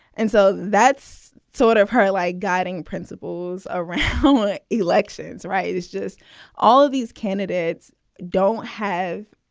and so that's sort of her like guiding principles around elections. right. is just all of these candidates don't have,